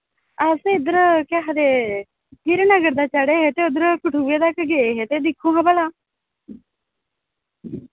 अस इद्धर केह् आखदे हीरानगर दा चढ़े हे ते उद्धर कठुआ तक गे हे ते दिक्खो हां भला